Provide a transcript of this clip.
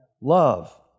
Love